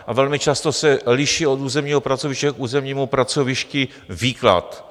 A velmi často se liší od územního pracoviště k územnímu pracovišti výklad.